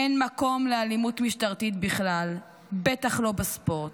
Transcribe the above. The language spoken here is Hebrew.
אין מקום לאלימות משטרתית בכלל, בטח לא בספורט.